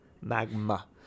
Magma